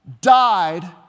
died